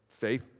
faith